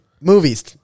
movies